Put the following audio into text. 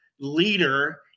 leader